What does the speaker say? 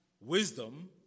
wisdom